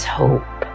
hope